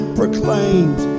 proclaims